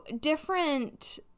different